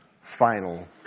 final